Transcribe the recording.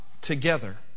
together